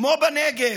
כמו בנגב,